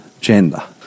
gender